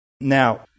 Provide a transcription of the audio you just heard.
Now